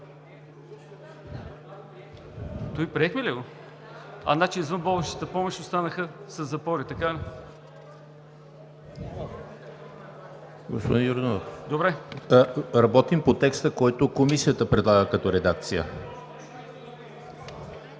Това приехме ли го? Значи, извънболничните помощи останаха със запори,